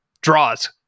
Draws